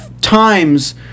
times